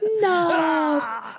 no